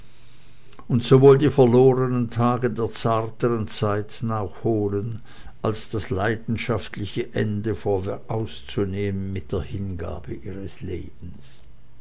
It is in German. und sowohl die verlorenen tage der zarteren zeit nachholen als das leidenschaftliche ende vorausnehmen mit der hingabe ihres lebens